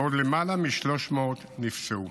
ועוד למעלה מ-300 נפצעו.